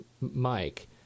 Mike